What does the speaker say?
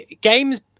games